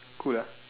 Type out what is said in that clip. cool ah